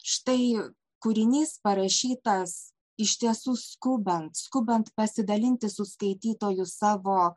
štai kūrinys parašytas iš tiesų skubant skubant pasidalinti su skaitytoju savo